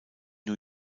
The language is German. new